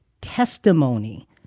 testimony